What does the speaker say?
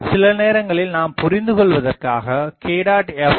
சிலநேரங்களில் நாம் புரிந்துகொள்வதற்காக k